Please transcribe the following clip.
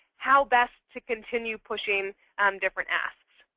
how best to continue pushing um different asks.